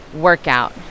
workout